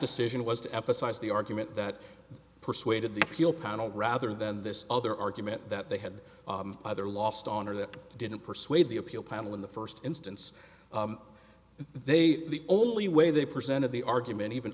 decision was to emphasize the argument that persuaded the appeal connel rather than this other argument that they had other lost on or that didn't persuade the appeal panel in the first instance they the only way they presented the argument even